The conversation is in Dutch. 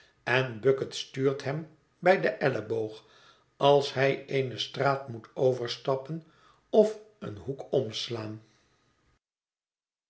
en bucket stuurt hem bij den elleboog als hij eene straat moet overstappen of een hoek omslaan